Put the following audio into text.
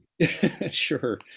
Sure